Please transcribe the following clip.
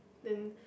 then